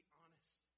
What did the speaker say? honest